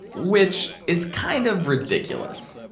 which is kind of ridiculous.